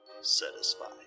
satisfied